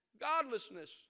Godlessness